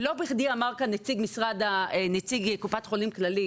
ולא בכדי אמר כאן נציג קופת חולים כללית